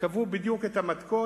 וקבעו בדיוק את המתכון.